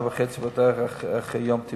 שעה וחצי בדרך אחרי יום טיפולים.